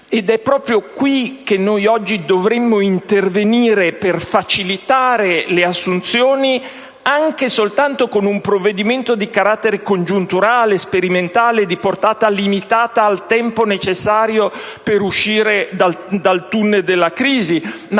Ed è proprio qui che noi oggi dovremmo intervenire per facilitare le assunzioni, anche soltanto con un provvedimento di carattere congiunturale, sperimentale, di portata limitata al tempo necessario per uscire dal *tunnel* della crisi.